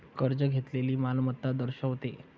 कर्ज घेतलेली मालमत्ता दर्शवते